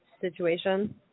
situation